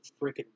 freaking